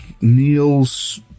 Neil's